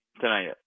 tonight